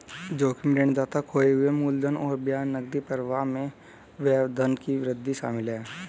जोखिम ऋणदाता खोए हुए मूलधन और ब्याज नकदी प्रवाह में व्यवधान में वृद्धि शामिल है